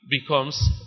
becomes